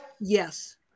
Yes